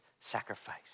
sacrifice